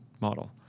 model